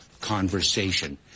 conversation